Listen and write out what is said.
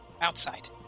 outside